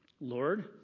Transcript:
Lord